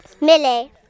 Millie